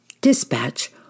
Dispatch